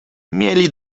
mieli